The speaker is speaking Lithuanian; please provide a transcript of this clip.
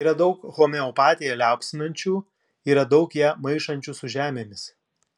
yra daug homeopatiją liaupsinančių yra daug ją maišančių su žemėmis